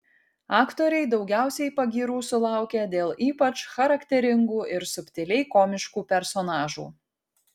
aktoriai daugiausiai pagyrų sulaukia dėl ypač charakteringų ir subtiliai komiškų personažų